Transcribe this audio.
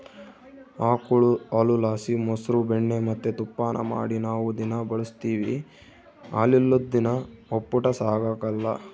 ಆಕುಳು ಹಾಲುಲಾಸಿ ಮೊಸ್ರು ಬೆಣ್ಣೆ ಮತ್ತೆ ತುಪ್ಪಾನ ಮಾಡಿ ನಾವು ದಿನಾ ಬಳುಸ್ತೀವಿ ಹಾಲಿಲ್ಲುದ್ ದಿನ ಒಪ್ಪುಟ ಸಾಗಕಲ್ಲ